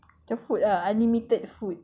macam food lah unlimited food